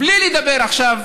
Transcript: בלי לדבר עכשיו